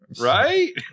right